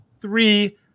three